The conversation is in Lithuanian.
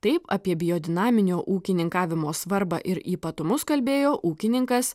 taip apie biodinaminio ūkininkavimo svarbą ir ypatumus kalbėjo ūkininkas